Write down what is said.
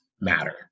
matter